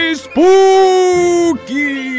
spooky